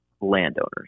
landowners